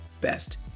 best